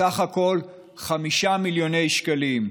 בסך הכול 5 מיליוני שקלים,